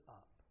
up